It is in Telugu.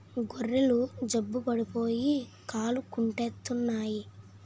గొర్రెలు జబ్బు పడిపోయి కాలుగుంటెత్తన్నాయి